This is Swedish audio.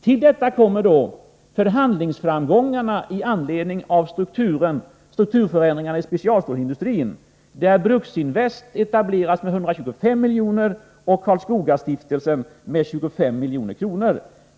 Till detta kommer förhandlingsframgångarna i anledning av strukturförändringarna inom specialstålsindustrin, där Bruksinvest etableras och får 125 milj.kr. och Karlskogastiftelsen får 25 milj.kr.